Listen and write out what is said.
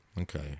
Okay